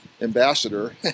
ambassador